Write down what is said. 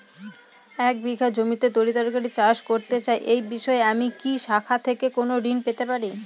আমি এক বিঘা জমিতে তরিতরকারি চাষ করতে চাই এই বিষয়ে আমি কি এই শাখা থেকে কোন ঋণ পেতে পারি?